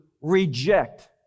reject